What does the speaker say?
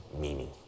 meaning